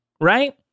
Right